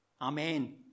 Amen